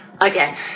again